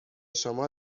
شما